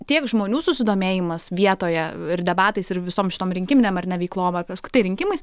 tiek žmonių susidomėjimas vietoje ir debatais ir visom šitom rinkiminėm ar ne veiklom ar apskritai rinkimais